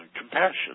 compassion